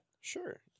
sure